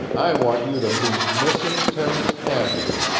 i want you to meet mrs. terence cassidy,